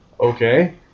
Okay